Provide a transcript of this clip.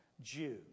Jew